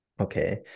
okay